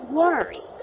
worry